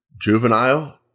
juvenile